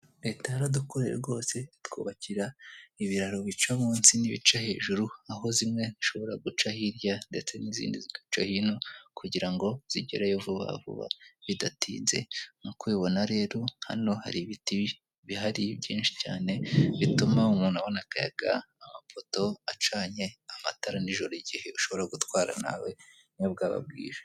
Leta yaradukoreye rwose itwubakira ibiraro bica munsi n'ibica hejuru aho zimwe zishobora guca hirya ndetse n'izindi zigaca hino kugira ngo nzigereyo vubavuba bidatinze. Nkuko ubibona rero hano hari ibiti bihari byinshi cyane bituma umuntu abona akayaga amapoto acanye amatara nijoro igihe ushobora gutwara nawe nubwo bwaba bwije.